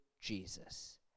Jesus